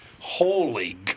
Holy